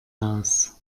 haus